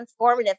transformative